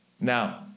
Now